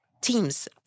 team's